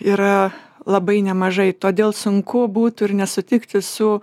yra labai nemažai todėl sunku būtų ir nesutikti su